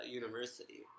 university